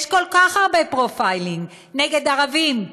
יש כל כך הרבה profiling, נגד ערבים,